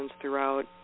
throughout